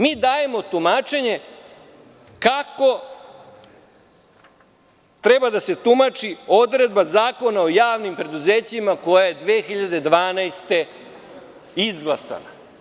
Mi dajemo tumačenje kako treba da se tumači odredba Zakona o javnim preduzećima koja je 2012. godine izglasana.